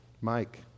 Mike